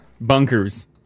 Bunkers